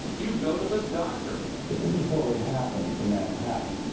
you go to the doctor. but this is what would happen to manhattan.